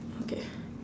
okay